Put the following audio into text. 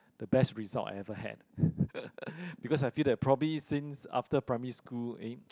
the best result I ever had because I feel that probably since after primary school eh